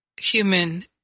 human